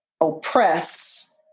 oppress